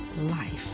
life